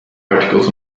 articles